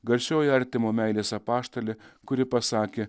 garsioji artimo meilės apaštalė kuri pasakė